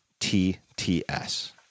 TTS